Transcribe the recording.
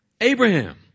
Abraham